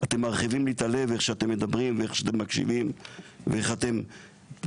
אתם מרחיבים לי את הלב איך שאתם מדברים ואיך שאתם מקשיבים,